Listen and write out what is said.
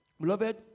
Beloved